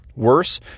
Worse